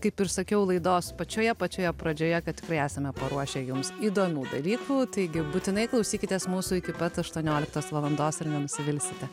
kaip ir sakiau laidos pačioje pačioje pradžioje kad esame paruošę jums įdomių dalykų taigi būtinai klausykitės mūsų iki pat aštuonioliktos valandos ir nenusivilsite